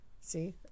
See